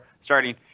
starting